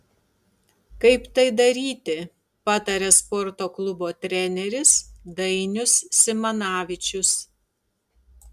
kaip tai daryti pataria sporto klubo treneris dainius simanavičius